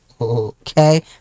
okay